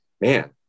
man